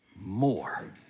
more